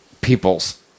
peoples